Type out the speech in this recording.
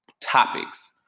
topics